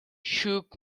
shook